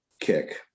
kick